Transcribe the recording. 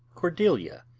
cordelia,